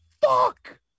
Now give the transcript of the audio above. fuck